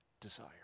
desire